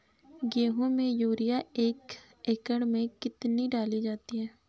गेहूँ में यूरिया एक एकड़ में कितनी डाली जाती है?